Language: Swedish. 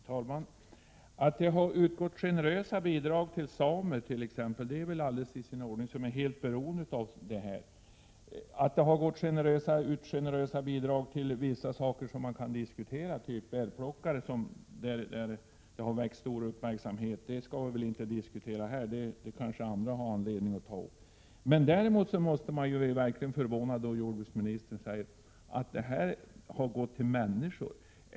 Herr talman! Att det har utgått generösa bidrag t.ex. till samer, som är helt beroende av inkomster från sådan här verksamhet, är väl helt i sin ordning. Men det har också utgått generösa bidrag till sådant som man kan diskutera, t.ex. bärplockning, vilket har väckt stor uppmärksamhet. Det skall vi kanske inte diskutera här, utan det kan andra ha anledning att ta upp. Däremot måste man bli förvånad när jordbruksministern säger att ersättningen skall gälla människor.